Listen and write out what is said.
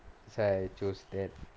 that's why I chose that